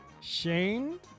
Shane